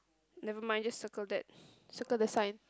never mind just circle that circle the sign